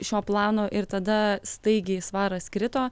šio plano ir tada staigiai svaras krito